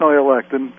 elected